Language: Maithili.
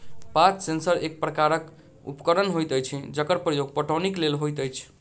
पात सेंसर एक प्रकारक उपकरण होइत अछि जकर प्रयोग पटौनीक लेल होइत अछि